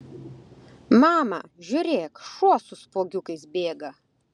mama žiūrėk šuo su spuogiukais bėga